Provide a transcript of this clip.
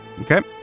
Okay